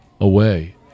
away